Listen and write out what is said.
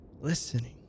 listening